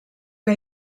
que